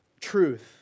truth